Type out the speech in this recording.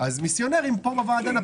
אז עמותה של מיסיונרים נפיל בוועדה.